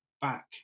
back